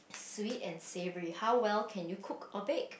sweet and savoury how well can you cook or bake